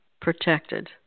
protected